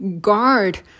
guard